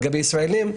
לגבי ישראלים,